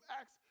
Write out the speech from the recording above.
Acts